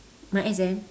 my exam